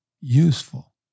useful